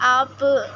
آپ